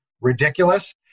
ridiculous